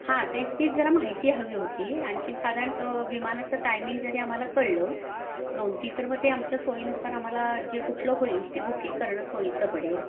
हां तेच तीच जरा माहिती हवी होती आणखीन साधारण तो विमानाचं टायमिंग जरी आम्हाला कळलं दोनतीन तर मग ते आमच्या सोयीनुसार आम्हाला जे कुठलं होईल ते बुकिंग करणं सोयीचं पडेल